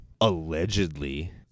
allegedly